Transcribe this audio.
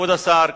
כבוד השר,